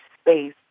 space